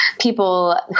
people